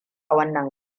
wannan